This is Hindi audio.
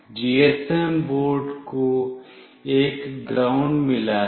जीएसएम बोर्ड को एक ग्राउंड मिला है